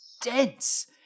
dense